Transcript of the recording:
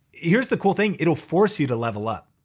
here's the cool thing, it'll force you to level up.